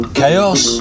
chaos